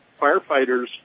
firefighters